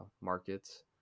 markets